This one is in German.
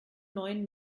neuen